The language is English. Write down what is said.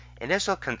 initial